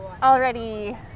already